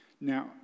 Now